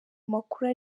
amakuru